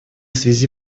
связи